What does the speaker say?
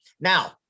Now